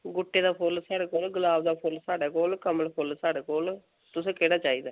गुट्टै दा फुल्ल साढ़े कोल गुलाब दा फुल्ल साढ़े कोल कमल फुल्ल साढ़े कोल तुसें केह्ड़ा चाहिदा